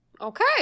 Okay